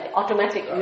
automatic